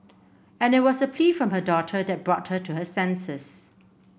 and it was a plea from her daughter that brought her to her senses